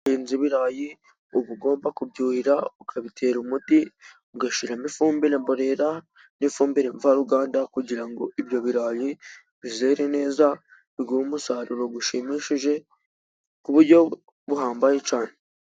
Iyo uhinze ibirayi, uba ugomba kubyuhira, ukabitera umuti, ugashyiramo ifumbire mborera n'ifumbire mvaruganda, kugira ngo ibyo birayi bizere neza, biguhe umusaruro ushimishije, ku buryo buhambaye cyane.